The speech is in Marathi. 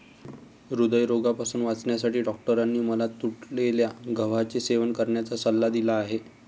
हृदयरोगापासून वाचण्यासाठी डॉक्टरांनी मला तुटलेल्या गव्हाचे सेवन करण्याचा सल्ला दिला आहे